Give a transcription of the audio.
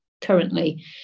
currently